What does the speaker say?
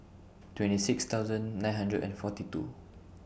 twenty six thousand nine hundred and forty two